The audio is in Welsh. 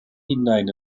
hunain